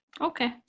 Okay